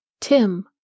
Tim